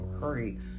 hurry